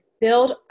build